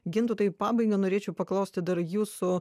gintautai į pabaigą norėčiau paklausti dar jūsų